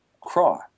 cry